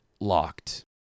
locked